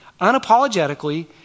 unapologetically